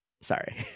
sorry